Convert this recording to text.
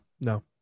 no